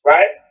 Right